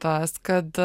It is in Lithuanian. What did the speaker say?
tas kad